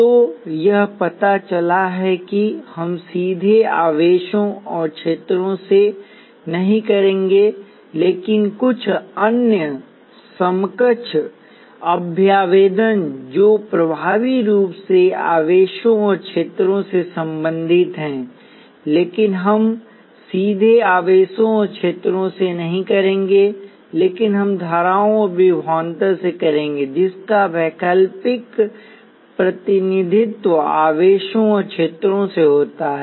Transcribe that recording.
तो यह पता चला है कि हम सीधे आवेशों और क्षेत्रों से नही करेंगे लेकिन कुछ अन्य समकक्ष अभ्यावेदन जो प्रभावी रूप से आवेशों और क्षेत्रों से संबंधित हैं लेकिन हम सीधे आवेशों और क्षेत्रों से नहीं करेंगे लेकिन हम धाराओं और विभवांतर से करेंगे जिसका वैकल्पिक प्रतिनिधित्व आवेशों और क्षेत्रों से होता है